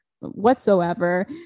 whatsoever